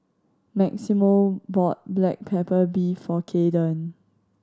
Maximo bought black pepper beef for Kaeden